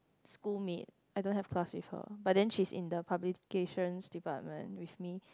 schoolmate I don't have class with her but then she's in the publications department with me